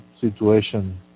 situation